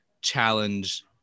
challenge